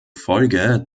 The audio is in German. folge